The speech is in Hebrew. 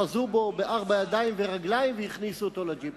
אחזו בו בארבע ידיים ורגליים והכניסו אותו לג'יפ.